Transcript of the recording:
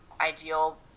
ideal